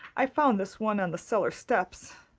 i found this one on the cellar steps.